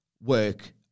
work